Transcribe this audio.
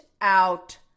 out